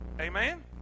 amen